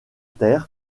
terre